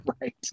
right